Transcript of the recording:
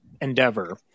endeavor